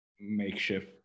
makeshift